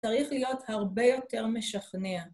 ‫צריך להיות הרבה יותר משכנע.